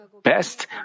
best